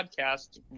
podcast